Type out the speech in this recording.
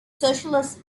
socialism